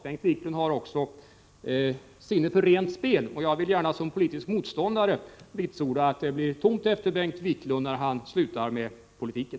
Bengt Wiklund har också sinne för rent spel, och jag vill gärna som politisk motståndare betyga att det blir tomt efter Bengt Wiklund när han slutar med politiken.